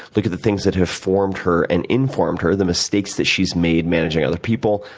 look at the things that have formed her and informed her, the mistakes that she's made managing other people,